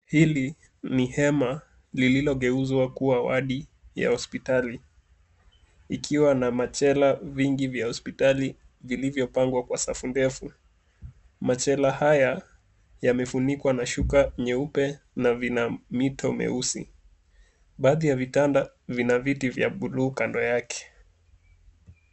Hili ni hema lililogeuzwa kuwa wadi ya hospitali ikiwa na machela nyingi ya hospitali ilivyopangwa kwa safu ndefu. Machela haya yamefunikwa na shuka nyeupe na vina mito meusi. Baadhi ya vitanda vina viti vya blue kando yake.